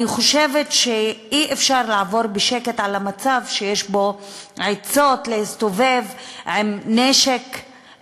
אני חושבת שאי-אפשר לעבור בשקט על מצב שיש בו עצות להסתובב עם נשק,